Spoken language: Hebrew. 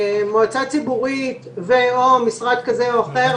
מועצה ציבורית ו/או משרד כזה או אחר,